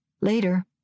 Later